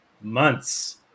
months